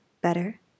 better